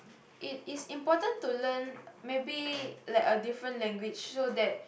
it is important to learn maybe like a different language so that